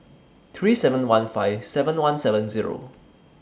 three seven one five seven one seven Zero